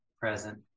Present